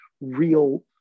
real